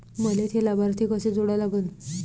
मले थे लाभार्थी कसे जोडा लागन?